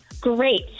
Great